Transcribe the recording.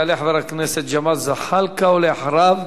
יעלה חבר הכנסת ג'מאל זחאלקה, ואחריו,